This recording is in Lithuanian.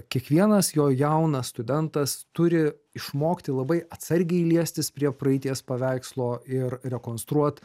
kiekvienas jo jaunas studentas turi išmokti labai atsargiai liestis prie praeities paveikslo ir rekonstruot